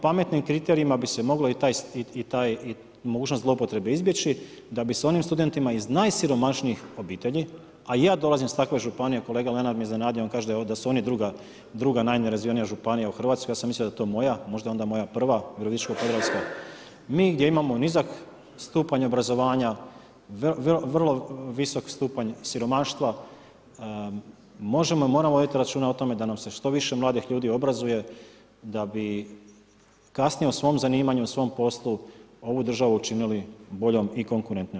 Pametnim kriterijima bi se mogla mogućnost zloupotrebe izbjeći da bi se onim studentima iz najsiromašnijih obitelji, a i ja dolazim iz takve županije, kolega Lenart me iznenadio, on kaže da su oni druga najnerazvijenija županija u Hrvatskoj, ja sam mislio da je to moja, možda je onda moja prva, virovitičko-podravska, mi gdje imamo nizak stupanj obrazovanja, vrlo visok stupanj siromaštva, možemo i moramo voditi računa o tome da nam se što više mladih ljudi obrazuje da bi kasnije u svom zanimanju, u svom poslu ovu državu činili boljom i konkurentnijom.